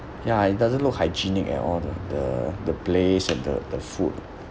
ya it doesn't look hygienic at all the the the place and the the food